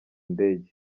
ndege